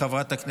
חברות וחברי